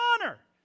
honor